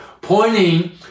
pointing